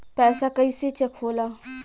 पैसा कइसे चेक होला?